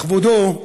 לכבודו,